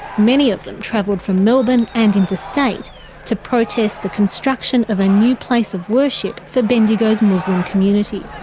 many of them travelled from melbourne and interstate to protest the construction of a new place of worship for bendigo's muslim community.